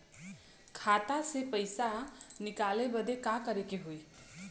खाता से पैसा निकाले बदे का करे के होई?